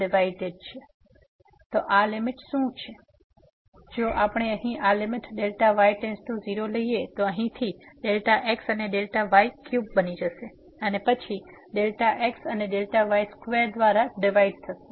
તેથી જો આપણે અહીં આ લીમીટ Δy→0 લઈએ તે અહીંથી Δx અને Δy ક્યુબ બની જશે અને પછી Δx અને y2 દ્વારા ડિવાઈડે થશે